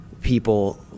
people